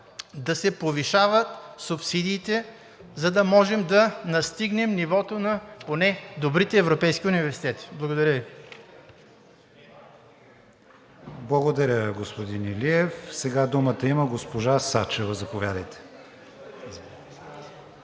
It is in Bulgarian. да се повишават субсидиите, за да можем да настигнем нивото на поне добрите европейски университети. Благодаря Ви. ПРЕДСЕДАТЕЛ КРИСТИАН ВИГЕНИН: Благодаря, господин Илиев. Сега думата има госпожа Сачева. Заповядайте.